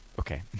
okay